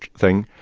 thing,